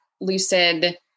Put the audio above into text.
lucid